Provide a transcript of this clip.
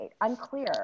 Unclear